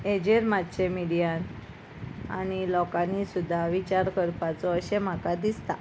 हाजेर मात्शें मिडियान आनी लोकांनी सुद्दां विचार करपाचो अशें म्हाका दिसता